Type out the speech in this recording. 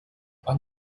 wann